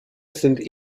sind